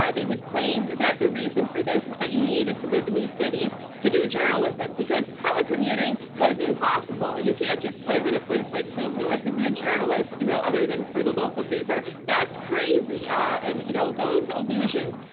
they would claim that the reason for this is that you needed to live in these cities to do journalism because telecommuting was impossible. you can't just live in a place like st. louis and be a journalist you know other than for the local paper. that's crazy. um and you know those illusions,